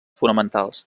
fonamentals